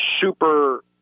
super